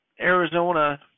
Arizona